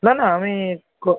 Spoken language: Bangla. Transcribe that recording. না না আমি ক